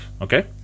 okay